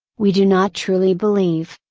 we do not truly believe,